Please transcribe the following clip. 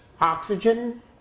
oxygen